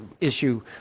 issue